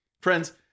Friends